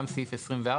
גם סעיף 24,